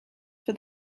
for